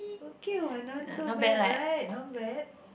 okay what not so bad right not bad